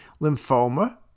lymphoma